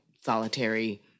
solitary